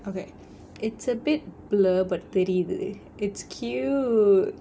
okay it's a bit blur but பெரியது:periyathu it's cute